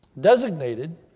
designated